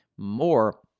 More